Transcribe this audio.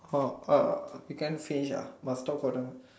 okay you can't finish ah must talk for the